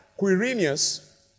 Quirinius